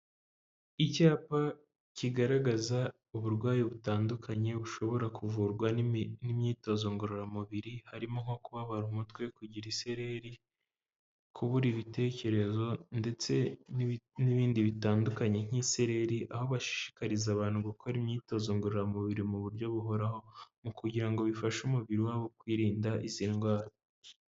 Icyapa kigaragaza uburwayi butandukanye bushobora kuvurwa n'imyitozo ngororamubiri, harimo nko kubabara umutwe, kugira isereri, kubura ibitekerezo ndetse n'ibindi bitandukanye nk'isereri, aho bashikariza abantu gukora imyitozo ngororamubiri mu buryo buhoraho, mu kugira ngo bifashe umubiri wabo kwirinda izi ndwara.